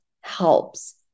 helps